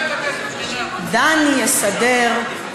"דני יסדר",